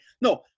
No